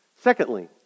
Secondly